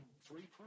three